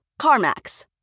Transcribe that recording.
CarMax